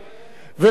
ולכן,